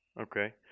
okay